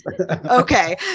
Okay